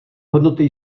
hodnoty